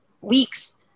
weeks